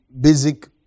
basic